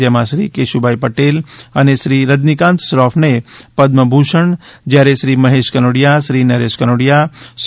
જેમાં શ્રી કેશુભાઈ પટેલ અને શ્રી રજનીકાન્ત શ્રોફને પદમભૂષણ જયારે શ્રી મહેશ કનોડીયા શ્રી નરેશ કનોડીયા સુ